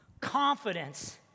confidence